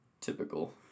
typical